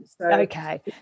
okay